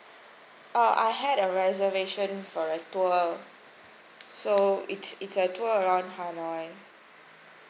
uh I had a reservation for a tour so it's it's a tour around hanoi